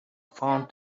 found